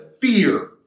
fear